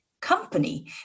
company